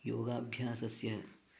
योगाभ्यासस्य